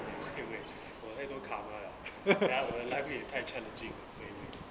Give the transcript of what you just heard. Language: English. !hey! wait 我 add 多 karma liao then 我的 life 太会多 challenging 可以问